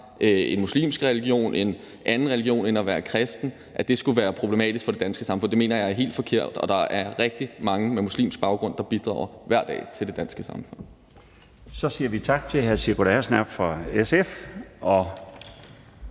en muslimsk religion, en anden religion end en kristen, skulle være problematisk for det danske samfund, mener jeg er helt forkert, og der er rigtig mange med muslimsk baggrund, der bidrager hver dag til det danske samfund. Kl. 11:28 Den fg.